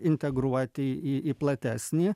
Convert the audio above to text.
integruoti į į platesnį